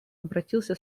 обратился